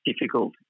difficult